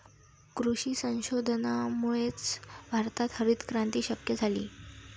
कृषी संशोधनामुळेच भारतात हरितक्रांती शक्य झाली